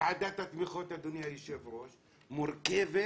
ועדת התמיכות, אדוני היושב-ראש, מורכבת